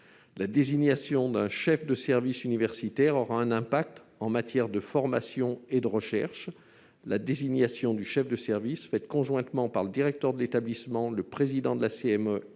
La désignation d'un chef de service universitaire aura un impact en matière de formation et de recherche. Cette désignation faite conjointement par le directeur de l'établissement, le président de la CME